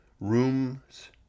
Rooms